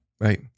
Right